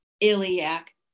iliac